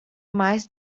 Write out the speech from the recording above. mais